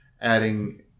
adding